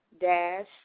dash